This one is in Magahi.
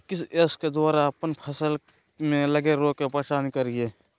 किस ऐप्स के द्वारा अप्पन फसल में लगे रोग का पहचान करिय?